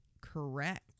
Correct